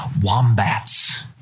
wombats